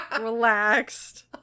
relaxed